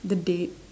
the date